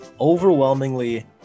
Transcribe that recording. overwhelmingly